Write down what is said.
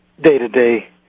day-to-day